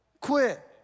quit